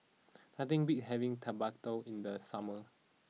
nothing beats having Tekkadon in the summer